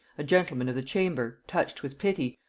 a gentleman of the chamber, touched with pity,